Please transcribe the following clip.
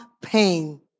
pain